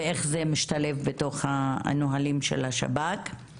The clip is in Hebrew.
ואיך זה משתלב בתוך הנהלים של השב"כ.